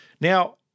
Now